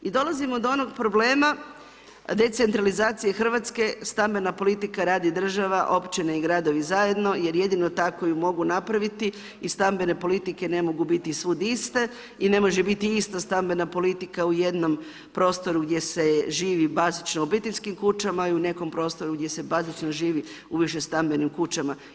I dolazimo do onog problema decentralizacije Hrvatske, stambena politika radi država, općina i gradovi zajedno jer je jedino tako ih mogu napraviti i stambene politike ne mogu biti svud iste i ne može biti ista stambena politika u jednom prostoru gdje se živi bazično u obiteljskim kućama i u nekom prostoru gdje se bazično živi u više stambenim kućama.